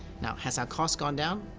now, has our cost gone down?